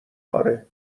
آره